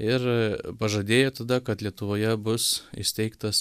ir pažadėjo tada kad lietuvoje bus įsteigtas